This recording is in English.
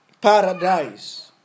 paradise